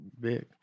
big